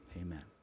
amen